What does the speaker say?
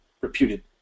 reputed